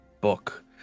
book